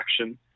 action